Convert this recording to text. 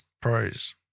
Pros